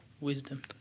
Wisdom